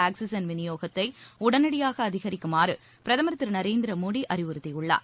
oxygen விநியோகத்தை உடனடியாக அதிகரிக்குமாறு பிரதமர் திரு நரேந்திர மோடி அறிவுறுத்தியுள்ளார்